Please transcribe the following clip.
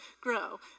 grow